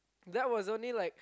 that was only like